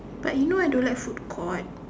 like you know I don't like food court